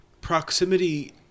proximity